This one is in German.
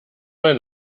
mal